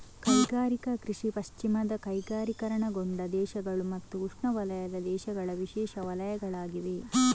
ಕೈಗಾರಿಕಾ ಕೃಷಿ ಪಶ್ಚಿಮದ ಕೈಗಾರಿಕೀಕರಣಗೊಂಡ ದೇಶಗಳು ಮತ್ತು ಉಷ್ಣವಲಯದ ದೇಶಗಳ ವಿಶೇಷ ವಲಯಗಳಾಗಿವೆ